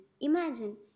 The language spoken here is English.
Imagine